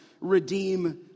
redeem